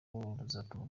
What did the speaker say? ruzatuma